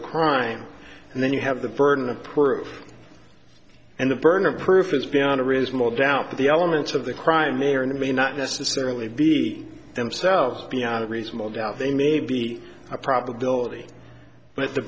a crime and then you have the burden of proof and the burden of proof is beyond a reasonable doubt the elements of the crime may or may not necessarily be themselves beyond a reasonable doubt they may be a probability but